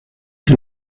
que